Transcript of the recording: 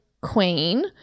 queen